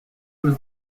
was